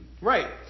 Right